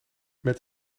met